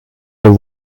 the